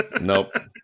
Nope